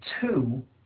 two